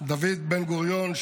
דוד בן-גוריון,